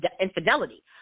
infidelity